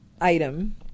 item